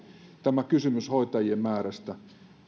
tämä kysymys hoitajien määrästä